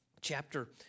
chapter